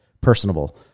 personable